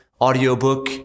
audiobook